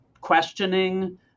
questioning